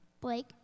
Blake